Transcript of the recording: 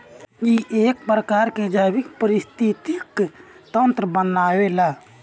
इ एक प्रकार के जैविक परिस्थितिक तंत्र बनावेला